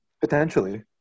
Potentially